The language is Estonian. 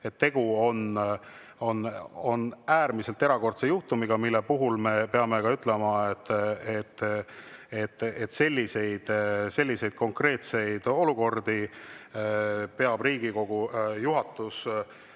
et tegu on äärmiselt erakordse juhtumiga, mille puhul me peame ütlema, et selliseid konkreetseid olukordi peab Riigikogu juhatus lahendama